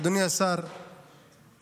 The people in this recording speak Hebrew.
אדוני השר יצחק,